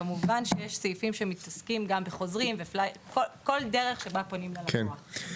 וכמובן שיש סעיפים שמתעסקים בכל הדרך שבה פונים ללקוח.